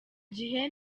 gihe